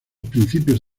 principios